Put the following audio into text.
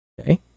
Okay